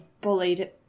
bullied